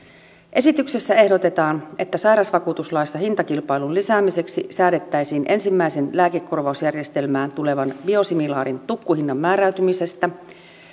esityksessä ehdotetaan että sairausvakuutuslaissa hintakilpailun lisäämiseksi säädettäisiin ensimmäisen lääkekorvausjärjestelmään tulevan biosimilaarin tukkuhinnan määräytymisestä